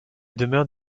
demeure